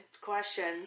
Questions